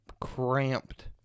cramped